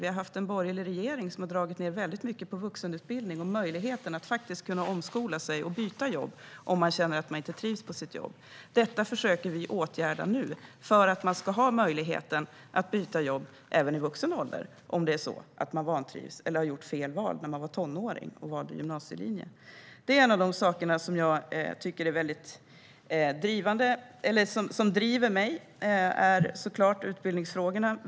Vi har haft en borgerlig regering som har dragit ned mycket på vuxenutbildning och möjligheten att omskola sig och byta jobb om man känner att man inte trivs på sitt jobb. Detta försöker vi nu åtgärda för att man ska ha möjligheten att byta jobb även i vuxen ålder om man vantrivs eller har gjort fel val när man var tonåring och valde gymnasielinje. Det här är en av de saker som driver mig. Det handlar såklart om utbildningsfrågor.